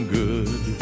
good